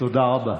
תודה רבה.